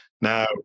Now